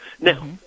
Now